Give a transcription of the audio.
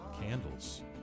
candles